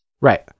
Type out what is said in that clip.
right